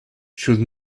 should